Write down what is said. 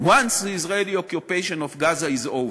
once the Israeli occupation of Gaza is over,